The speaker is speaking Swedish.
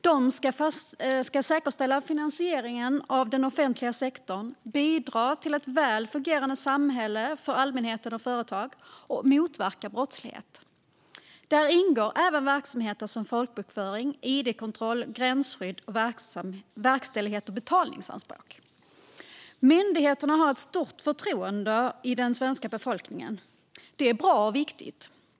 De ska säkerställa finansieringen av den offentliga sektorn, bidra till ett väl fungerande samhälle för allmänheten och företag och motverka brottslighet. Däri ingår även verksamheter som folkbokföring, id-kontroll, gränsskydd och verkställighet av betalningsanspråk. Myndigheterna har ett stort förtroende hos den svenska befolkningen. Det är bra och viktigt.